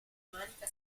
manica